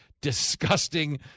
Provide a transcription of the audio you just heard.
disgusting